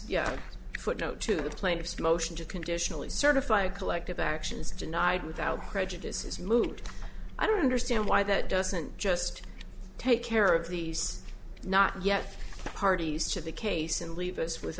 yeah a footnote to the plaintiff's motion to conditionally certify collective actions denied without prejudice is moot i don't understand why that doesn't just take care of these not yet parties to the case and leave us w